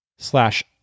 slash